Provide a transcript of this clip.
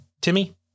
Timmy